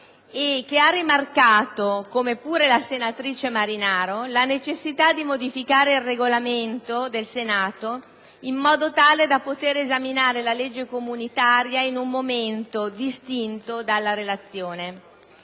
per aver rimarcato, come pure la senatrice Marinaro, la necessità di modificare il Regolamento del Senato in modo tale da poter esaminare la legge comunitaria in un momento distinto dalla Relazione.